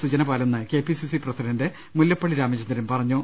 സുജനപാലെന്ന് K P C C president Mullappally Ramachandran പറഞ്ഞു